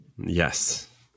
Yes